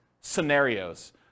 scenarios